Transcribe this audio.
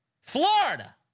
Florida